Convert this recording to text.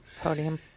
Podium